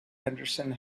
henderson